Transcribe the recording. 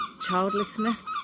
childlessness